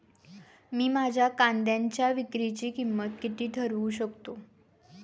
मी माझ्या कांद्यांच्या विक्रीची किंमत किती ठरवू शकतो?